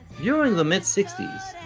during the mid-sixties,